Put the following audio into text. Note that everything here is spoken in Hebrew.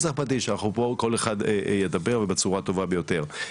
אנחנו פה כל אחד ידבר בצורה טובה ביותר.